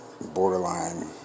borderline